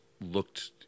looked